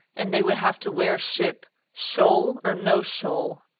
and they would have to wear ship, shoal or no shoal.